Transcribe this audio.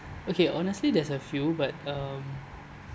okay honestly there's a few but um